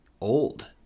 old